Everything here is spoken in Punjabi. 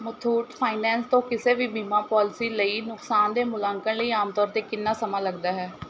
ਮਥੂਟ ਫਾਈਨੈਂਸ ਤੋਂ ਕਿਸੇ ਵੀ ਬੀਮਾ ਪੋਲਿਸੀ ਲਈ ਨੁਕਸਾਨ ਦੇ ਮੁਲਾਂਕਣ ਲਈ ਆਮ ਤੌਰ ਤੇ ਕਿੰਨਾ ਸਮਾਂ ਲੱਗਦਾ ਹੈ